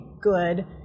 good